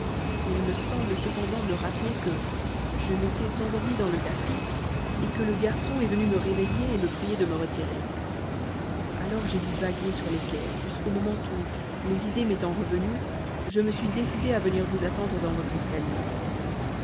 il me semble cependant me rappeler que je m'étais endormi dans le café et que le garçon est venu me réveiller et me prier de me retirer alors j'ai dû vaguer sur les quais jusqu'au moment où les idées m'étant revenues je me suis décidé à venir vous attendre dans votre escalier